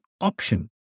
option